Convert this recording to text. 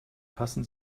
passen